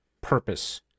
purpose